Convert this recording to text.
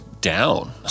down